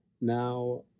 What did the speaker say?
now